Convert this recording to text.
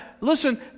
listen